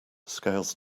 scales